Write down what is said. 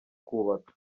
kubaka